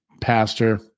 pastor